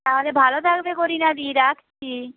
তাহলে ভালো থাকবে গো রিনাদি রাখছি